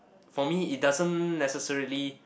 for me it doesn't necessarily